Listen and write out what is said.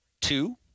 two